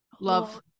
love